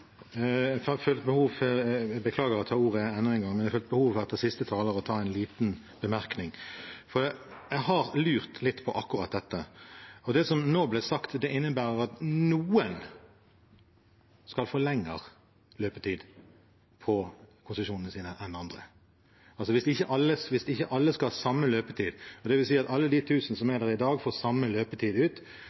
jeg tar ordet enda en gang, men etter siste taler følte jeg behov for en liten bemerkning, for jeg har lurt litt på akkurat dette: Det som nå ble sagt, innebærer at noen skal få lengre løpetid enn andre på konsesjonene sine. Hvis ikke alle skal ha samme løpetid, dvs. at alle de tusen som er der i dag, får samme løpetid – at de ikke skal slippes ut